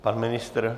Pan ministr?